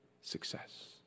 success